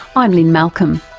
i'm lynne malcolm,